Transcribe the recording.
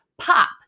pop